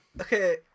Okay